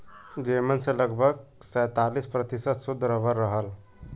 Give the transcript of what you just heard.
जेमन से लगभग सैंतालीस प्रतिशत सुद्ध रबर रहल